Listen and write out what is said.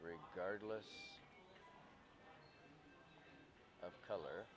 regardless of color